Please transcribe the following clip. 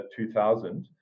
2000